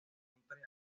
montreal